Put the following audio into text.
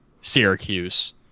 Syracuse